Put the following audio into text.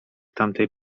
tamtej